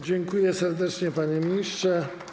Dziękuję serdecznie, panie ministrze.